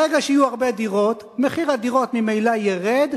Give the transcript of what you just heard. ברגע שיהיו הרבה דירות, מחיר הדירות ממילא ירד,